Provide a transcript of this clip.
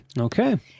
Okay